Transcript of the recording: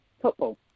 football